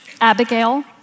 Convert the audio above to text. Abigail